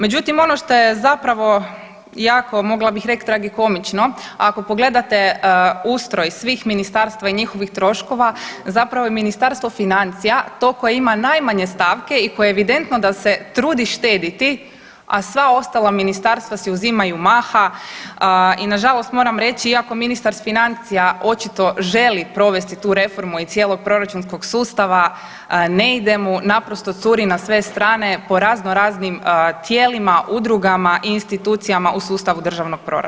Međutim, ono što je zapravo jako, mogla bih reći tragikomično, ako pogledate ustroj svih ministarstva i njihovih troškova, zapravo je Ministarstvo financija to koje ima najmanje stavke i koje evidentno da se trudi štediti, a sva ostala ministarstva si uzimaju maha i nažalost, moram reći, iako ministar financija očito želi provesti tu reformu i cijelog proračunskog sustava, ne ide mu, naprosto, curi na sve strane po razno raznim tijelima, udrugama i institucijama u sustavu državnog proračuna.